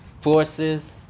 forces